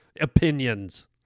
opinions